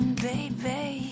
Baby